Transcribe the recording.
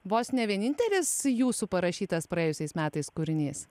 vos ne vienintelis jūsų parašytas praėjusiais metais kūrinys